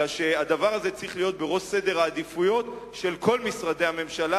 אלא שהדבר הזה צריך להיות בראש סדר העדיפויות של כל משרדי הממשלה,